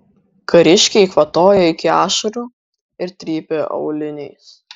kariškiai kvatojo iki ašarų ir trypė auliniais